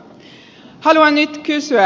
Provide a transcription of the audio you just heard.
haluan nyt kysyä